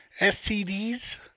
stds